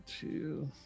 two